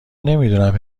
نمیدونم